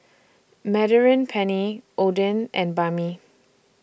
Penne Oden and Banh MI